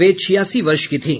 वे छियासी वर्ष की थीं